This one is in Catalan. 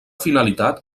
finalitat